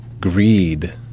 greed